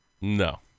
No